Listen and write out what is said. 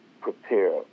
prepare